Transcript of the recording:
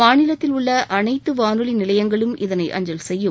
மாநிலத்தில் உள்ள அனைத்து வானொலி நிலையங்களும் இதனை அஞ்சல் செய்யும்